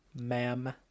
ma'am